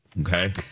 Okay